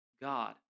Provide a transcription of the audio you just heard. God